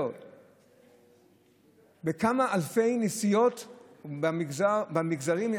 בכמה אלפי נסיעות במגזרים,